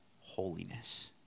holiness